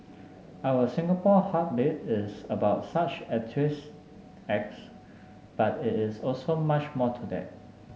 our Singapore Heartbeat is about such acts but it is also much more to that